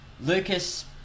Lucas